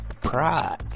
Pride